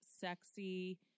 sexy